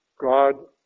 God